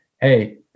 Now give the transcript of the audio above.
hey